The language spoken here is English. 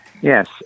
Yes